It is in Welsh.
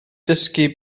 dysgu